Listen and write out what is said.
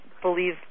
believe